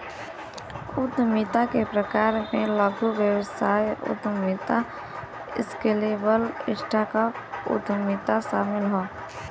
उद्यमिता के प्रकार में लघु व्यवसाय उद्यमिता, स्केलेबल स्टार्टअप उद्यमिता शामिल हौ